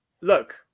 look